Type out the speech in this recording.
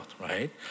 right